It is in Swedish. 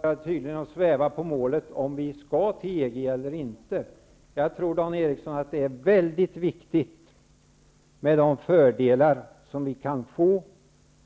Herr talman! Dan Eriksson i Stockholm börjar tydligen sväva på målet om vi skall gå med EG eller inte. Jag tror att det är mycket viktigt, Dan Eriksson, att vi i denna kammare icke svävar på målet när det gäller de fördelar som vi kan få